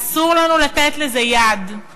אסור לנו לתת לזה יד,